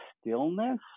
stillness